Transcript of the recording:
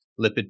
lipid